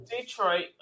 Detroit